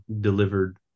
delivered